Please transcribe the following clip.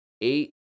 eight